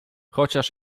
chociaż